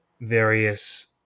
various